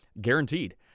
guaranteed